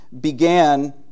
began